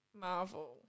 Marvel